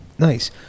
Nice